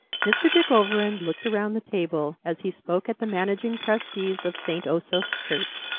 mr. dick overend looked around the table as he spoke at the managing trustees of st. osoph's church.